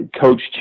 coach